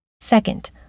Second